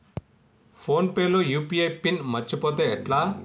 Phone pay లో UPI PIN మరచిపోతే ఎట్లా?